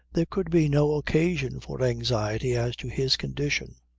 there could be no occasion for anxiety as to his condition.